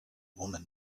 woman